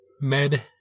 Med